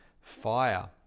fire